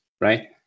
right